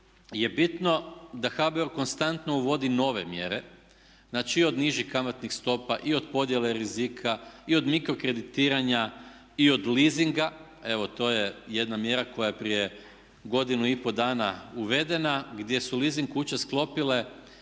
je bitno da HBOR konstantno uvodi nove mjere, znači od nižih kamatnih stopa, i od podjele rizika, i od mikro kreditiranja, i od leasinga evo to je jedna mjera koja je prije godinu i po dana uvedena gdje su lesasing kuće sklopile